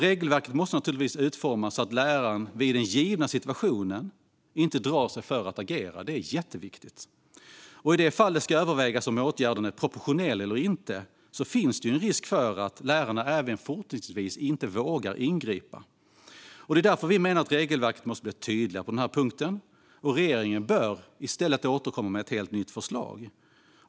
Regelverket måste naturligtvis utformas så att läraren vid den givna situationen inte drar sig för att agera. Detta är jätteviktigt. I det fall det ska övervägas om åtgärden är proportionell eller inte finns en risk att lärarna även fortsättningsvis inte vågar ingripa. Därför måste regelverket bli tydligare på denna punkt, och regeringen bör i stället återkomma med ett helt nytt förslag.